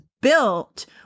built